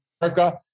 America